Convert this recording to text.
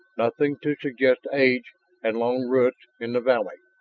nothing to suggest age and long roots in the valley.